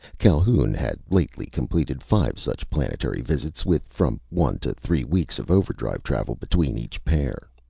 calhoun had lately completed five such planetary visits, with from one to three weeks of overdrive travel between each pair.